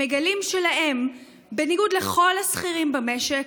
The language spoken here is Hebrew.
הם מגלים שלהם, בניגוד לכל השכירים במשק,